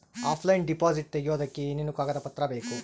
Offline deposit ತೆಗಿಯೋದಕ್ಕೆ ಏನೇನು ಕಾಗದ ಪತ್ರ ಬೇಕು?